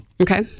Okay